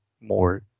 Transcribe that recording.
more